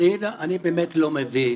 אני באמת לא מבין